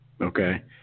Okay